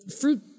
fruit